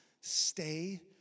stay